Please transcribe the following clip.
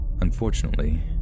Unfortunately